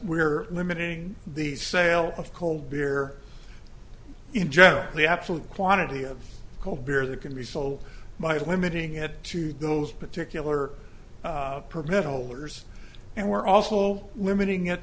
we're limiting the sale of cold beer in general the absolute quantity of cold beer that can be sold my is limiting it to those particular permit holders and we're also limiting it